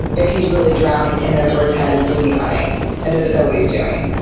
if he's really drowning, in over his head and bleeding money and doesn't know what he's doing,